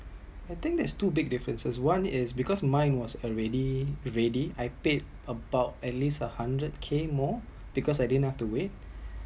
I think there is two big differences one is because mine was already ready I paid about at least a hundred K more because I didn’t have to wait